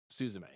Suzume